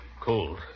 Cold